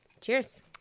Cheers